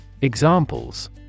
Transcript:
Examples